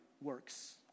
works